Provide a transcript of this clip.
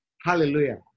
Hallelujah